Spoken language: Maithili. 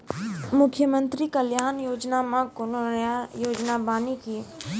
मुख्यमंत्री कल्याण योजना मे कोनो नया योजना बानी की?